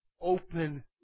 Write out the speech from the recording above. Open